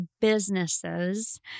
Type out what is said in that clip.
businesses